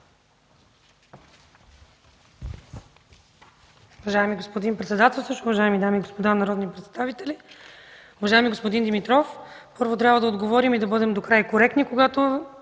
Уважаеми господин председателстващ, уважаеми дами и господа народни представители! Уважаеми господин Димитров, първо трябва да отговорим и да бъдем докрай коректни, когато